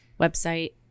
website